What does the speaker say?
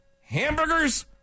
hamburgers